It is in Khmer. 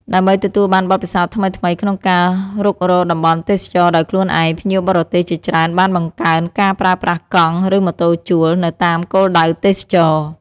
ដើម្បីទទួលបានបទពិសោធន៍ថ្មីៗក្នុងការរុករកតំបន់ទេសចរណ៍ដោយខ្លួនឯង ភ្ញៀវបរទេសជាច្រើនបាន បង្កើនការប្រើប្រាស់កង់ ឬម៉ូតូជួល នៅតាមគោលដៅទេសចរណ៍។